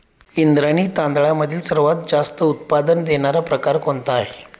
इंद्रायणी तांदळामधील सर्वात जास्त उत्पादन देणारा प्रकार कोणता आहे?